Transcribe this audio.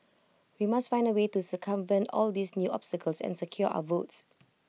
we must find A way to circumvent all these new obstacles and secure our votes